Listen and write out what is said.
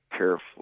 Carefully